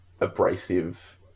abrasive